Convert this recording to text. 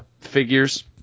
figures